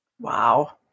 Wow